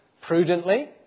prudently